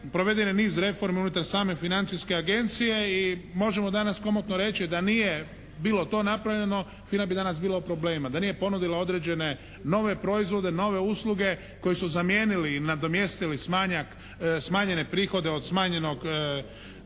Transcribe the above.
proveden je niz reformi unutar same Financijske agencije i možemo danas komotno reći da nije bilo to napravljeno, FINA bi danas bila u problemima da nije ponudila određene nove proizvode, nove usluge koje su zamijenili i nadomjestili smanjene prihode od smanjenog